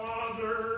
Father